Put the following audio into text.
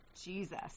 Jesus